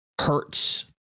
hurts